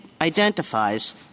identifies